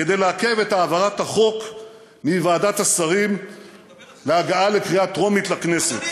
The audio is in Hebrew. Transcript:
כדי לעכב את העברת החוק מוועדת השרים להגעה לקריאה טרומית לכנסת.